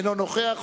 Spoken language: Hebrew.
אינו נוכח,